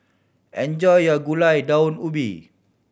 enjoy your Gulai Daun Ubi